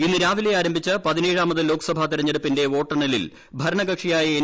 ഇന്ന് രാവിലെ ആരംഭിച്ച പതിനേഴാമത് ലോക്സഭാ തെരഞ്ഞെടുപ്പിന്റെ വോട്ടെണ്ണലിൽ ഭരണകക്ഷിയായ എൻ